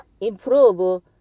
improve